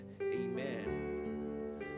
Amen